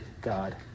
God